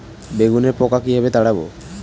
বেগুনের পোকা কিভাবে তাড়াব?